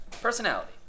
Personality